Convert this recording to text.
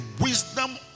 wisdom